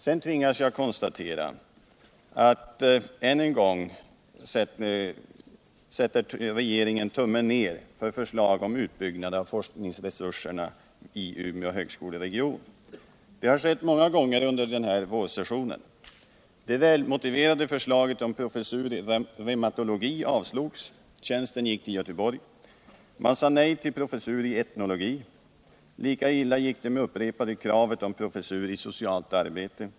Vidare måste jag konstatera att regeringen än en gång sätter tummen ned för förslag om utbyggnad av forskningsresurserna i Umeå högskoleregion. Det har skett många gånger under denna vårsession. Det välmotiverade förslaget om professur i reumatologi avslogs. Tjänsten gick till Göteborg. Man sade nej till professur i etnologi. Lika illa gick det med det upprepade kravet på professur i socialt arbete.